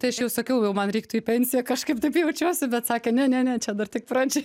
tai aš jau sakiau jau man reiktų į pensiją kažkaip taip jaučiuosi bet sakė ne ne ne čia dar tik pradžia